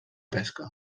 pesca